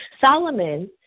Solomon